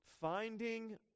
finding